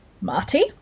Marty